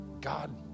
God